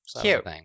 Cute